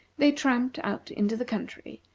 they tramped out into the country,